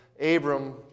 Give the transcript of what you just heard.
Abram